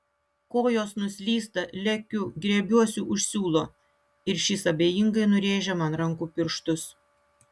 kojos nuslysta lekiu griebiuosi už siūlo ir šis abejingai nurėžia man rankų pirštus